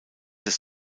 des